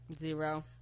Zero